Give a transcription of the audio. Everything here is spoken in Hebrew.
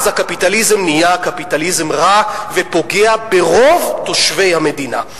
אז הקפיטליזם נהיה קפיטליזם רע ופוגע ברוב תושבי המדינה.